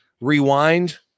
Rewind